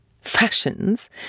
fashions